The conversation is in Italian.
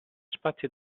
spazi